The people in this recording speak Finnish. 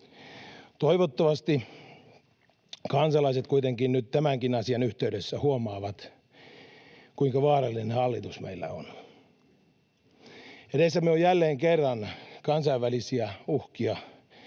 Toivottavasti kansalaiset kuitenkin nyt tämänkin asian yhteydessä huomaavat, kuinka vaarallinen hallitus meillä on. Edessämme on jälleen kerran kansainvälisiä uhkia,